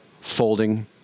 folding